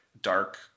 dark